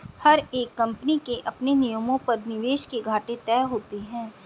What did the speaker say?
हर एक कम्पनी के अपने नियमों पर निवेश के घाटे तय होते हैं